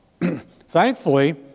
Thankfully